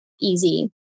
easy